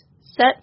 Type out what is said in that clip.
set